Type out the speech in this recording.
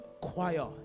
choir